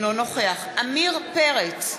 אינו נוכח עמיר פרץ,